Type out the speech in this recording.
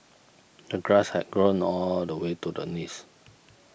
the grass had grown all the way to the knees